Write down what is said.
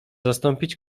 zastąpić